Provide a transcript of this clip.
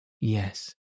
Yes